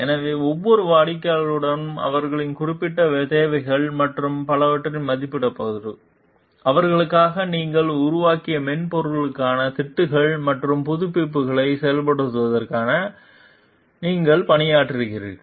எனவே வெவ்வேறு வாடிக்கையாளர்களுடன் அவர்களின் குறிப்பிட்ட தேவைகள் மற்றும் பலவற்றை மதிப்பிடுவதற்கும் அவர்களுக்காக நீங்கள் உருவாக்கிய மென்பொருளுக்கான திட்டுகள் மற்றும் புதுப்பிப்புகளை செயல்படுத்துவதற்கும் நீங்கள் பணியாற்றுகிறீர்கள்